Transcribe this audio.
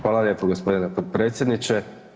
Hvala lijepo gospodine potpredsjedniče.